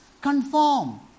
Conform